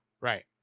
right